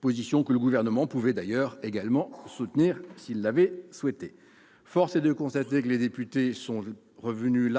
texte, que le Gouvernement aurait pu soutenir s'il l'avait souhaité. Force est de constater que les députés sont largement revenus